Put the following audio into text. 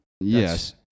Yes